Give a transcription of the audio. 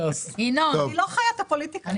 היא לא חיה את הפוליטיקה.